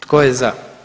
Tko je za?